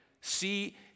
see